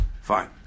Fine